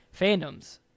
fandoms